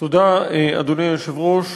אדוני היושב-ראש,